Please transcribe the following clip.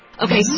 Okay